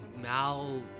mal